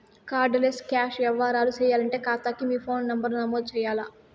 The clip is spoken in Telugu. కార్డ్ లెస్ క్యాష్ యవ్వారాలు సేయాలంటే కాతాకి మీ ఫోను నంబరు నమోదు చెయ్యాల్ల